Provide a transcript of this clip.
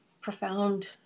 profound